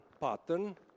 pattern